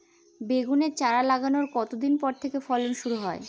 বেগুন চারা লাগানোর কতদিন পর থেকে ফলন শুরু হয়?